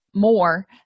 More